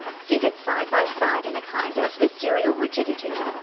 seated side by side in a kind of viceregal rigidity,